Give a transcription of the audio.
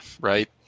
right